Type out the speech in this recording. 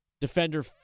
defender